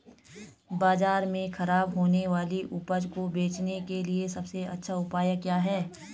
बाजार में खराब होने वाली उपज को बेचने के लिए सबसे अच्छा उपाय क्या हैं?